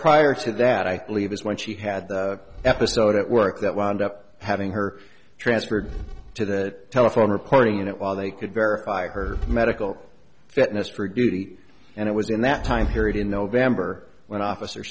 prior to that i believe this when she had the episode at work that wound up having her transferred to that telephone reporting it while they could verify her medical fitness for a beauty and it was in that time period in november when officer